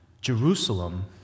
Jerusalem